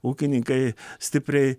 ūkininkai stipriai